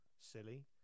silly